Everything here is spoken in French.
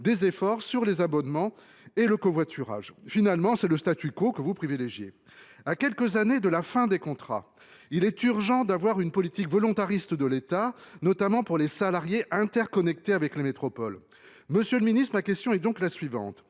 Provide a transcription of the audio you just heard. des efforts sur les abonnements et le covoiturage. Finalement, c’est le que vous privilégiez. À quelques années de la fin des contrats, il est urgent que l’État ait une politique volontariste, notamment en faveur des salariés interconnectés avec les métropoles. Monsieur le secrétaire d’État, ma question est donc la suivante